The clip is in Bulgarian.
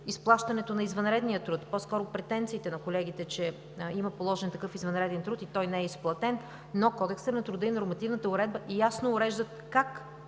изплащането на извънредния труд. По-скоро претенциите на колегите са, че има положен такъв извънреден труд и той не е изплатен, но Кодексът на труда и нормативната уредба ясно уреждат как